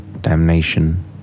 damnation